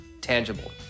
tangible